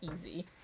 easy